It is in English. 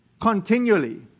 continually